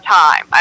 time